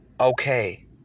okay